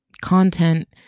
content